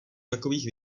takových